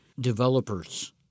developers